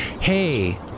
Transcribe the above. Hey